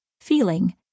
feeling